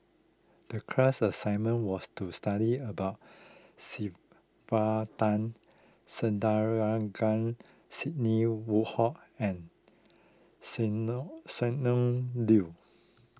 the class assignment was to study about Sylvia Tan Sidney Woodhull and Sonny Sonny Liew